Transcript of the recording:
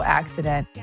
accident